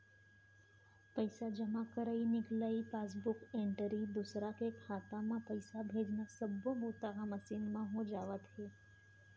पइसा जमा करई, निकलई, पासबूक एंटरी, दूसर के खाता म पइसा भेजना सब्बो बूता ह मसीन म हो जावत हे